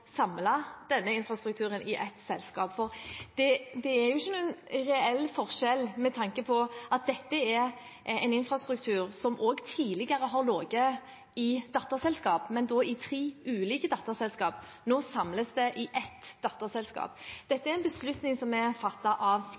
denne infrastrukturen i ett selskap. Det er jo ikke noen reell forskjell med tanke på at dette er en infrastruktur som også tidligere har ligget i datterselskaper, men da i tre ulike datterselskaper. Nå samles det i ett datterselskap. Dette er en beslutning som er fattet av